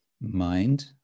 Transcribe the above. mind